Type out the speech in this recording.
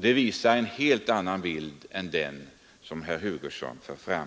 Det visar en helt annan bild än den som herr Hugosson manade fram.